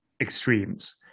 extremes